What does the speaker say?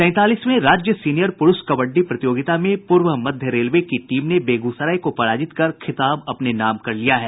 तैंतालीसवें राज्य सीनियर पुरूष कबड्डी प्रतियोगिता में पूर्व मध्य रेलवे की टीम ने बेगूसराय को पराजित कर खिताब अपने नाम कर लिया है